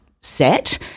set